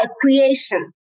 creation